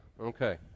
Okay